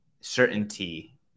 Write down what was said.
certainty